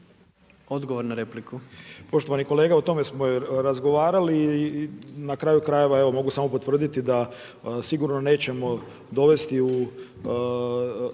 Miroslav (MOST)** Poštovani kolega, o tome smo razgovarali i na kraju krajeva evo mogu samo potvrditi da sigurno nećemo dovesti u nekakvu